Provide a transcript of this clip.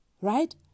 Right